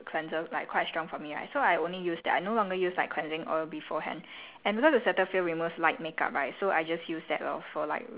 the thing is I only cleanse once now and like because I told you the cetaphil cleanser like quite strong for me right so I only use that I no longer use like cleansing oil beforehand